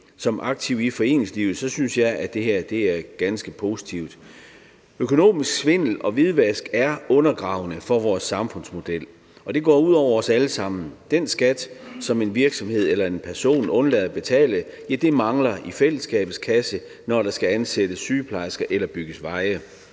Som aktiv i foreningslivet synes jeg, at det her er ganske positivt. Økonomisk svindel og hvidvask er undergravende for vores samfundsmodel, og det går ud over os alle sammen. Den skat, som en virksomhed eller en person undlader at betale, mangler i fællesskabets kasse, når der skal ansættes sygeplejersker eller bygges veje.